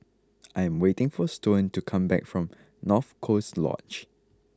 I am waiting for Stone to come back from North Coast Lodge